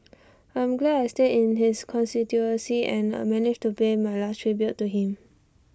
I'm glad I stay in his constituency and managed to pay my last tribute to him